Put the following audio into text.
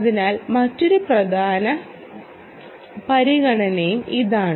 അതിനാൽ മറ്റൊരു പ്രധാന പരിഗണനയും ഇതാണ്